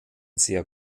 sehr